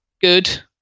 good